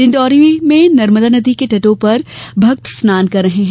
डिण्डौरी में नर्मदा नदी के घाटों पर भक्त स्नान कर रहे हैं